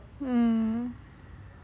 mm